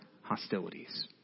hostilities